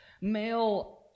male